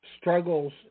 struggles